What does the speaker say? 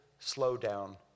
slowdown